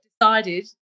decided